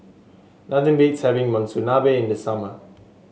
nothing beats having Monsunabe in the summer